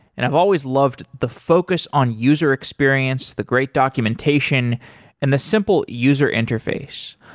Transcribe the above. and i've always loved the focus on user experience, the great documentation and the simple user interface.